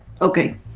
Okay